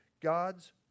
god's